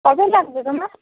কবে লাগবে তোমার